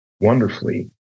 wonderfully